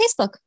Facebook